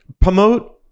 Promote